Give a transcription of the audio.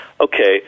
Okay